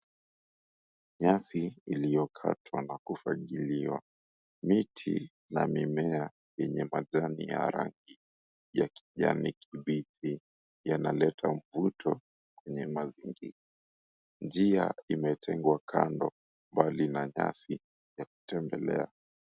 Nyasi iliyokatwa na kufagiliwa, miti na mimea yenye majani ya rangi ya kijani kibichi yanaleta mvuto kwenye mazingira. Njia imetengwa kwa kando mbali na nyasi ya kutembelea.